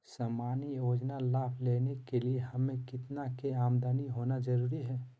सामान्य योजना लाभ लेने के लिए हमें कितना के आमदनी होना जरूरी है?